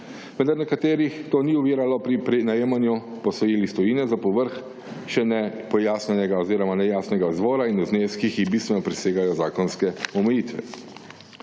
nekaterih to ni oviralo pri najemanju posojil iz tujine, za povrh še nepojasnjenega oziroma nejasnega izvora in v zneskih, ki bistveno presegajo zakonske omejitve.